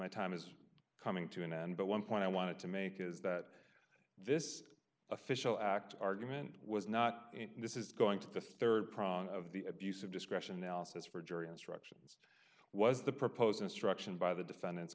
my time is coming to an end but one point i wanted to make is that this official act argument was not this is going to the rd prong of the abuse of discretion analysis for jury instruction was the proposed instruction by the defendants